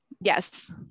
yes